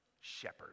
Shepherd